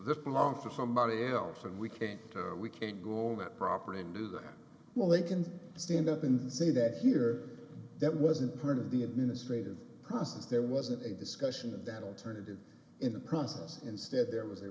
this belongs to somebody else and we can't we can't go in that property and do that well they can stand up and say that here that wasn't part of the administrative process there wasn't a discussion of that alternative in the process instead there was a